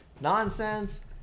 Nonsense